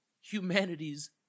humanity's